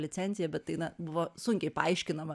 licencija bet tai na buvo sunkiai paaiškinama